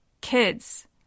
Kids